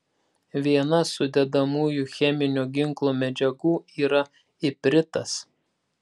viena sudedamųjų cheminio ginklo medžiagų yra ipritas